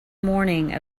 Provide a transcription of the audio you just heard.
morning